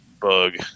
bug